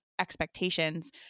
expectations